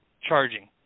charging